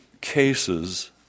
cases